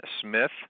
Smith